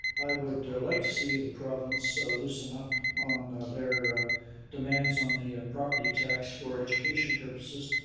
i would like to see the province loosen up on their demands on the property tax for education purposes,